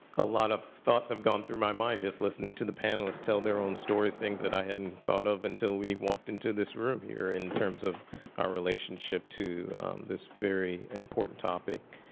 a lot of thoughts have gone through my mind just listening to the panelists tell their own stories. things that i hadn't thought of until we walked into this room here, in terms of our relationship to this very important topic.